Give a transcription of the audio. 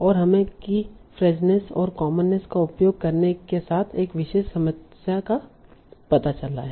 और हमें कीफ्रेजनेस और कॉमननेस का उपयोग करने के साथ एक विशेष समस्या का पता चला है